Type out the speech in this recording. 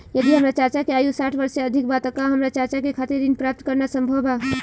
यदि हमार चाचा के आयु साठ वर्ष से अधिक बा त का हमार चाचा के खातिर ऋण प्राप्त करना संभव बा?